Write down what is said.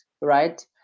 right